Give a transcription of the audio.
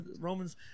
Romans